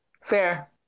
Fair